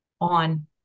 on